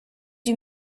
you